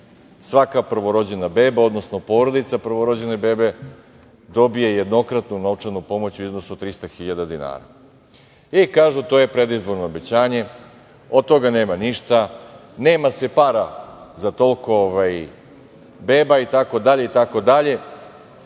svaka prvorođena beba, odnosno porodica prvorođene bebe dobije jednokratnu novčanu pomoć u iznosu od 300.000 dinara. Kažu – to je predizborno obećanje, od toga nema ništa, nema se para za toliko beba itd.